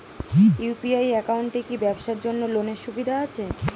UPI একাউন্টে কি ব্যবসার জন্য লোনের সুবিধা আছে?